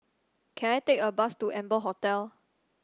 can I take a bus to Amber Hotel